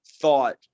thought